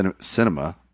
cinema